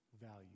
value